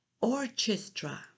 orchestra